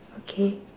okay